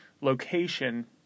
location